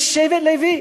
יש שבט לוי,